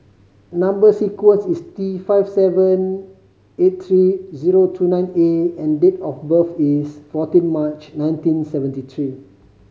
number sequence is T five seven eight three zero two nine A and date of birth is fourteen March nineteen seventy three